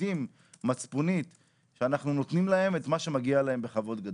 שקטים מצפונית שאנחנו נותנים להם את מה שמגיע להם בכבוד גדול.